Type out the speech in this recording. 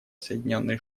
соединенные